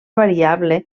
variable